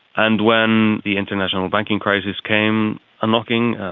and when the international banking crisis came knocking,